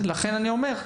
לכן אני אומר,